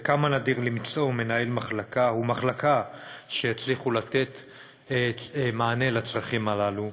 וכמה נדיר למצוא מנהל מחלקה ומחלקה שהצליחו לתת מענה לצרכים הללו.